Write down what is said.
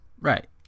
Right